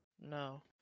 No